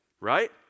right